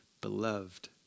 beloved